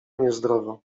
niezdrowo